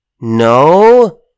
no